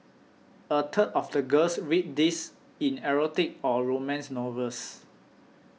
a third of the girls read these in erotic or romance novels